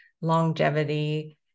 longevity